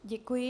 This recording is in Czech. Děkuji.